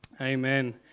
Amen